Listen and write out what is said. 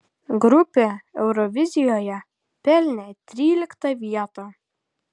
grupė eurovizijoje pelnė tryliktą vietą